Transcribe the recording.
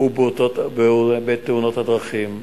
ובתאונות הדרכים.